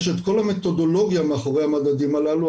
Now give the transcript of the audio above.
יש את כל המתודולוגיה מאחורי המדדים הללו,